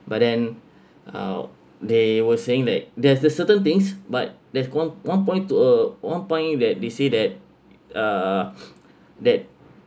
but then uh they were saying that there's a certain things but there's one one point to uh one point that they say that uh that